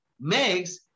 makes